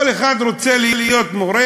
כל אחד רוצה להיות מורה,